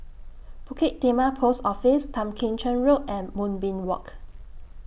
Bukit Timah Post Office Tan Kim Cheng Road and Moonbeam Walk